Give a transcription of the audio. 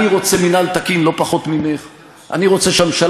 אני רוצה מינהל תקין לא פחות ממךְ; אני